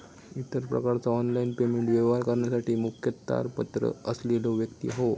इतर प्रकारचा online payment व्यवहार करण्यासाठी मुखत्यारपत्र असलेलो व्यक्ती होवो